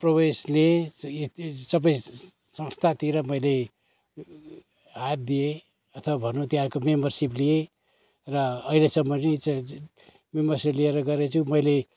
प्रोगेसले सबै स संस्थातिर मैले हात दिएँ अथवा भनुँ त्यहाँको मेम्बरसिप लिएँ र अहिलेसम्म मेम्बरसिप लिएर गरेको छु मैले